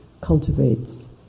cultivates